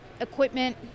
Equipment